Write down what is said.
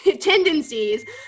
tendencies